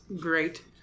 great